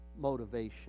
motivation